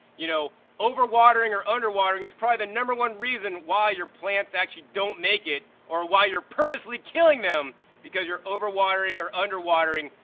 you know, over-watering or under-watering if probably the number one reason why your plants actually don't make it or why you're purposefully killing them because you're over-watering or under-watering.